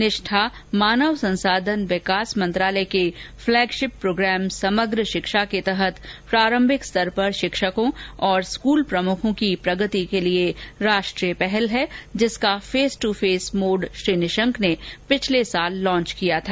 निष्ठा मानव संसाधन विकास मंत्रालय के फलैगशिप प्रोग्राम समग्र शिक्षा के तहत प्रारंभिक स्तर पर शिक्षकों और स्कूल प्रमुखों की प्रगति के लिए एक राष्ट्रीय पहल है जिसका फेस ट् फेस मोड को श्री निशंक ने पिछले साल लॉच किया था